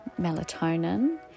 melatonin